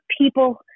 people